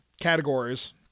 categories